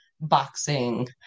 boxing